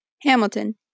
Hamilton